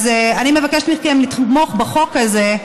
אז אני מבקשת מכם לתמוך בחוק הזה,